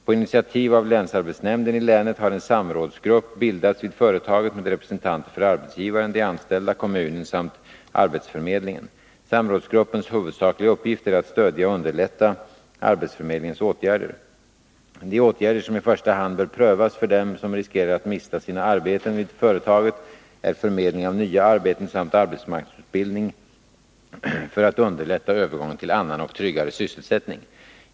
På initiativ av länsarbetsnämnden i länet har en samrådsgrupp bildats vid företaget med representanter för arbetsgivaren, de anställda, kommunen samt arbetsförmedlingen. Samrådsgruppens huvudsakliga uppgift är att stödja och underlätta arbetsförmedlingens åtgärder. De åtgärder som i första hand bör prövas för dem som riskerar att mista sina arbeten vid företaget är förmedling av nya arbeten samt arbetsmarknadsutbildning för att underlätta övergången till annan och tryggare sysselsättning.